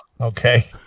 Okay